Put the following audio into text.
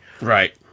Right